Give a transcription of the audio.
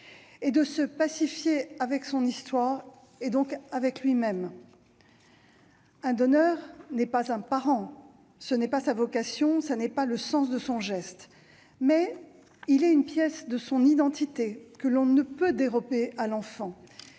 de se pacifier avec son histoire et, donc, avec lui-même. Un donneur n'est pas un parent, ce n'est pas sa vocation, ce n'est pas le sens de son geste. Mais il est une pièce de son identité que l'on ne peut dérober à l'enfant,